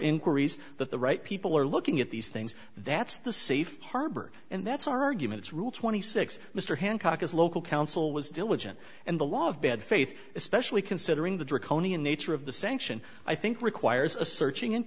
inquiries that the right people are looking at these things that's the safe harbor and that's our arguments rule twenty six mr hancock is local counsel was diligent and the law of bad faith especially considering the draconian nature of the sanction i think requires a searching and